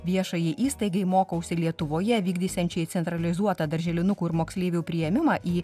viešajai įstaigai mokausi lietuvoje vykdysiančiai centralizuotą darželinukų ir moksleivių priėmimą į